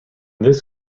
this